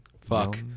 fuck